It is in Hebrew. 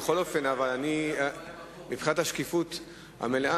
מבחינת השקיפות המלאה,